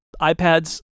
iPads